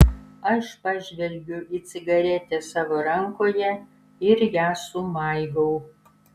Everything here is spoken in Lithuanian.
aš pažvelgiu į cigaretę savo rankoje ir ją sumaigau